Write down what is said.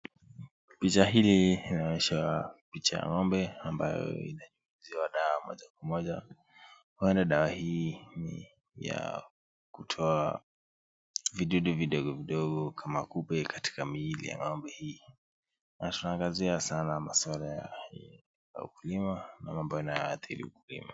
Picha hili linonyeshwa picha ya ng'ombe ambayo inanyunyiziwa dawa moja kwa moja. Huenda dawa hii ni ya kutoa vidudu vidogo vidogo kama kupe katika miili ya ng'ombe hii na tunaangazia sana maswala ya ukulima na mambo inaadhiri ukulima.